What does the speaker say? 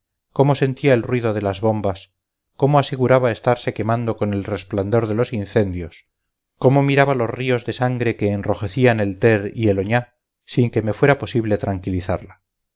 cómo sentía el ruido de las bombas cómo aseguraba estarse quemando con el resplandor de los incendios cómo miraba los ríos de sangre que enrojecían el ter y el oñá sin que me fuera posible tranquilizarla